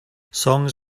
songs